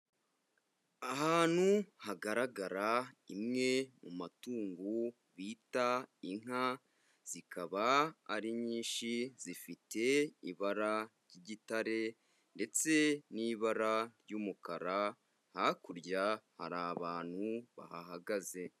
Ahantu hagaragara imwe mu matungo bita inka, zikaba ari nyinshi zifite ibara ry'igitare ndetse n'ibara ry'umukara, hakurya hari abantu bahahagaze.